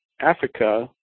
Africa